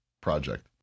project